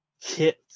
kit